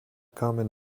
common